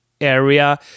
area